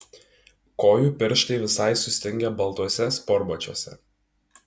kojų pirštai visai sustingę baltuose sportbačiuose